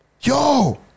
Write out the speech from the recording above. Yo